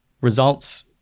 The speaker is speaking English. results